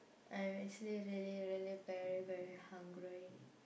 I'm actually really really very very hungry